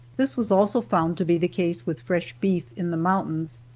this was also found to be the case with fresh beef in the mountains.